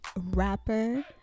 rapper